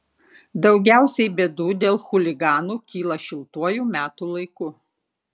daugiausiai bėdų dėl chuliganų kyla šiltuoju metų laiku